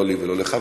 לא לי ולא לך.